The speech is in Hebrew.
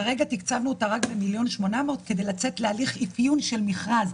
כרגע תקצבנו אותה רק במיליון 800 כדי לצאת להליך של מכרז.